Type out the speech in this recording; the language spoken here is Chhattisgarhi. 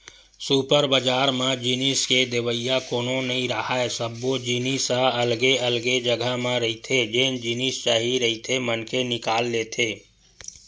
सुपर बजार म जिनिस के देवइया कोनो नइ राहय, सब्बो जिनिस ह अलगे अलगे जघा म रहिथे जेन जिनिस चाही रहिथे मनखे निकाल लेथे